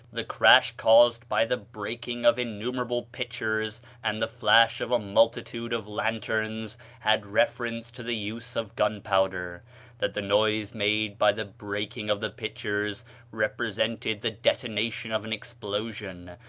the crash caused by the breaking of innumerable pitchers, and the flash of a multitude of lanterns, had reference to the use of gunpowder that the noise made by the breaking of the pitchers represented the detonation of an explosion,